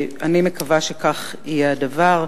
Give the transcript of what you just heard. אני מקווה שכך יהיה הדבר.